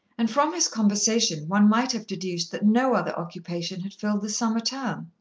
and from his conversation one might have deduced that no other occupation had filled the summer term.